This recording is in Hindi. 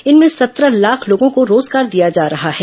इनमें सत्रह लाख लोगों को रोजगार दिया जा रहा है